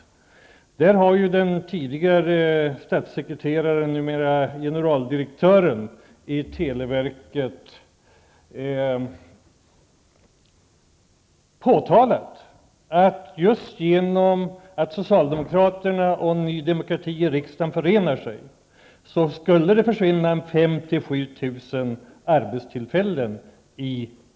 Där har ju före detta statssekreteraren, numera generaldirektören i televerket, framhållit att 500--7 000 arbeten vid televerket skulle försvinna på grund av att socialdemokraterna och Ny Demokrati i riksdagen förenar sig.